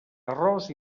arròs